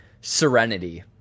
Serenity